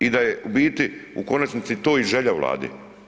I da je u biti u konačnici to i želja Vlade.